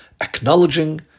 acknowledging